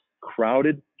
crowded